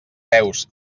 peus